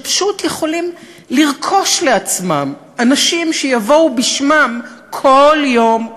שפשוט יכולים לרכוש לעצמם אנשים שיבואו בשמם כל יום,